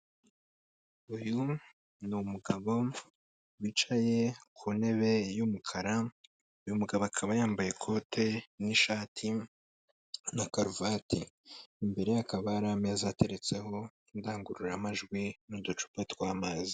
Uyu ni umugabo wicaye ku ntebe y'umukara, uyu mugabo akaba yambaye ikote n'ishati na karuvati, imbere ye hakaba hari ameza ateretseho indangururamajwi n'uducupa tw'amazi.